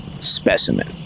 specimen